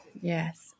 Yes